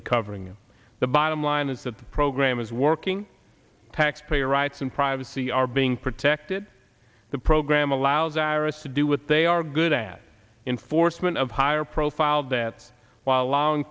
recovering the bottom line is that the program is working taxpayer rights and privacy are being protected the program allows iris to do what they are good at in forstmann of higher profile that while al